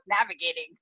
navigating